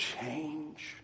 change